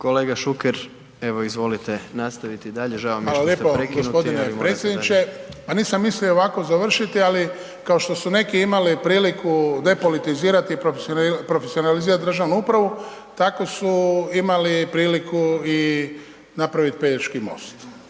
Kolega Šuker, evo izvolite, nastavite i dalje, žao mi je što ste prekinuti. **Šuker, Ivan (HDZ)** Hvala lijepo g. predsjedniče. Pa nisam mislio ovako završiti ali kao što su neki imali priliku depolitizirati i profesionalizirati državnu upravu, tako su imali priliku i napraviti Pelješki most